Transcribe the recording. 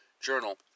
Journal